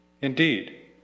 Indeed